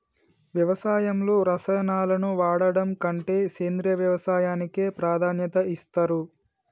వ్యవసాయంలో రసాయనాలను వాడడం కంటే సేంద్రియ వ్యవసాయానికే ప్రాధాన్యత ఇస్తరు